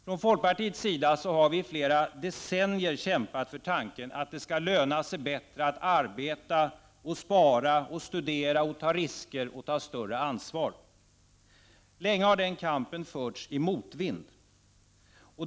Från folkpartiets sida har vi i flera decennier kämpat för tanken att det skall löna sig bättre att arbeta, spara, studera, ta risker och ta större ansvar. Länge har den kampen förts i motvind.